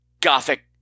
gothic